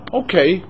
okay